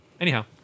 anyhow